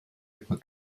über